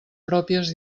pròpies